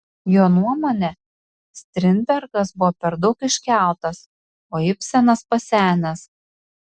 jo nuomone strindbergas buvo per daug iškeltas o ibsenas pasenęs